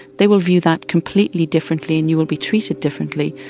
they will view that completely differently and you will be treated differently.